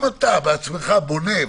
אם אתה בעצמך בונה,